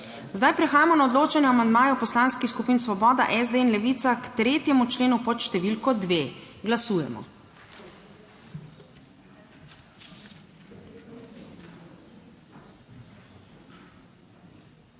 Zdaj prehajamo na odločanje o amandmaju poslanskih skupin Svoboda, SD in Levica k 3. členu pod številko dve. Glasujemo.